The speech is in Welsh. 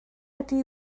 ydy